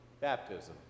baptism